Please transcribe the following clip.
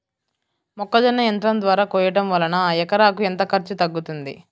మొక్కజొన్న యంత్రం ద్వారా కోయటం వలన ఎకరాకు ఎంత ఖర్చు తగ్గుతుంది?